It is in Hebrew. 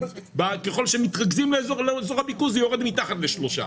ככל שמתרכזים לאזור הריכוז יורד מתחת ל-3,